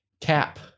cap